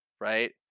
right